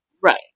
Right